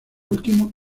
último